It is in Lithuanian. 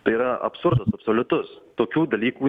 tai yra absurdas absoliutus tokių dalykų